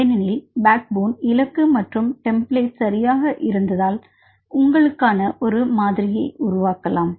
ஏனெனில் backbone இலக்கு மற்றும் டெம்பிளேட் சரியானதாக இருந்தால் இதை உங்களுக்கான ஒரு மாதிரியை உருவாக்கலாம்